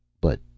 But